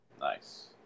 Nice